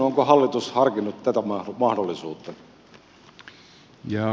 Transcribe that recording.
onko hallitus harkinnut tätä mahdollisuutta